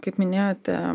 kaip minėjote